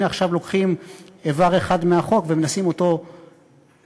הנה עכשיו לוקחים איבר אחד מהחוק ומנסים אותו לשדרג.